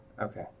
Okay